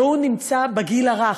והוא נמצא בגיל הרך.